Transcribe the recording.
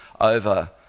over